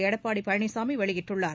எடப்பாடி பழனிசாமி வெளியிட்டுள்ளார்